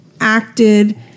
acted